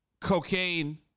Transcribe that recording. cocaine